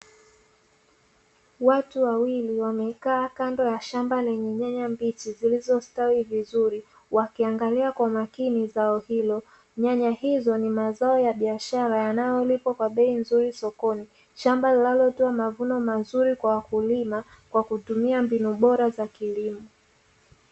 Watu wawili wamekaa kando ya shamba lenye nyanya mbichi, zilizostawi vizuri wakiangalia kwa makini zao hilo. Nyanya hizo ni mazao ya biashara yanayolipa kwa bei nzuri sokoni. Shamba linalotoa mavuno mazuri kwa wakulima, kwa kutumia mbinu bora za kilimo.